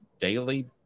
daily